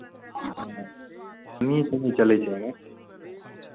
हँ मीट नहि चलै छै एहिमे